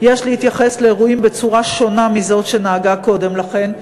יש להתייחס לאירועים בצורה שונה מזו שנהגה קודם לכן,